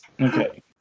Okay